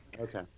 Okay